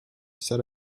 set